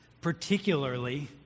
Particularly